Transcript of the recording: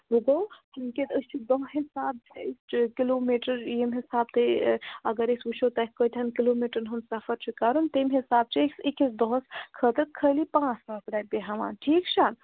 وۄنۍ گوٚو وٕنۍکٮ۪س أسۍ چھِ دۄہ حساب کِلوٗ میٖٹر ییٚمہِ حساب تۄہہِ اگر أسۍ وٕچھو تۄہہِ کۭتِہَن کِلوٗ میٖٹرَن ہُنٛد سَفر چھُ کَرُن تَمۍ حساب چھِ أسۍ أکِس دۄہَس خٲطرٕ خٲلی پانٛژھ ساس رۄپیہِ ہٮ۪وان ٹھیٖک چھا